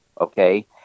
Okay